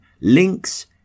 links